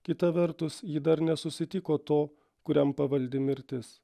kita vertus ji dar nesusitiko to kuriam pavaldi mirtis